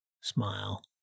Smile